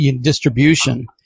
distribution